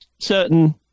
certain